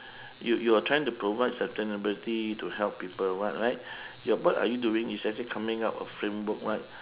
you you're trying to provide sustainability to help people what right what are you doing is actually coming up a framework right